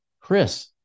Chris